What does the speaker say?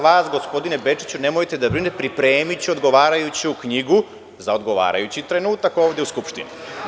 Vi, gospodine Bečiću, nemojte da brinete, pripremiću odgovarajuću knjigu za odgovarajući trenutak ovde u Skupštini.